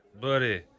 buddy